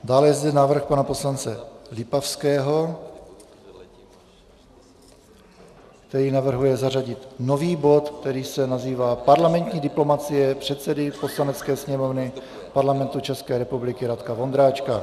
Dále je zde návrh pana poslance Lipavského, který navrhuje zařadit nový bod, který se nazývá Parlamentní diplomacie předsedy Poslanecké sněmovny Parlamentu České republiky Radka Vondráčka.